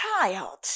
child